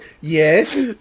Yes